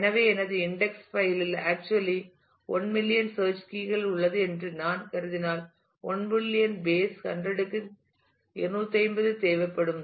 எனவே எனது index file இல் ஆக்சுவலி 1 மில்லியன் சேர்ச் கீ கள் உள்ளன என்று நான் கருதினால் 1 மில்லியன் பேஸ் 100 க்கு 250 தேவைப்படும்